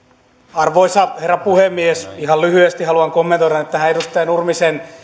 arvoisa herra puhemies ihan lyhyesti haluan kommentoida nyt tähän edustaja nurmisen